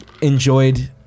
enjoyed